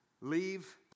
leave